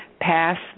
pass